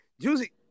Juicy